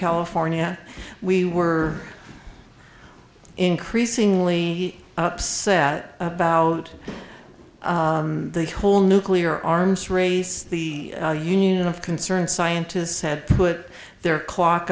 california we were increasingly upset about the whole nuclear arms race the union of concerned scientists had put their clock